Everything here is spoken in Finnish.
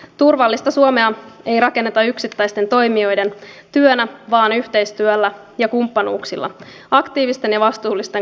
turvallista suomea ei rakenneta yksittäisten toimijoiden työnä vaan yhteistyöllä ja kumppanuuksilla aktiivisten ja vastuullisten kansalaisten toimin